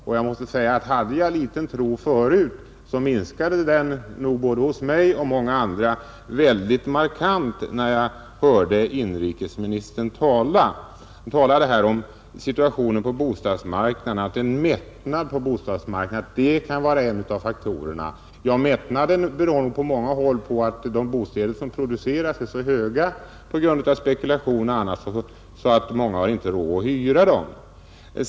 Hade jag eller andra någon liten tilltro förut, så minskade den nog starkt både hos mig och hos de andra, när inrikesministern talade om att mättnaden på bostadsmarknaden kan vara en av faktorerna bakom arbetslösheten. Mättnaden beror på många håll på att de bostäder som produceras är så dyra — på grund av spekulation och annat — att många människor inte har råd att hyra dem.